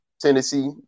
Tennessee